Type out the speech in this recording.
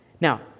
Now